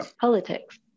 politics